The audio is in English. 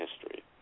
history